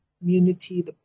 community